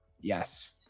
yes